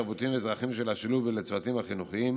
תרבותיים ואזרחיים של השילוב לצוותים החינוכיים,